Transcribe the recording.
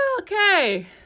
Okay